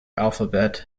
alphabet